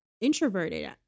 introverted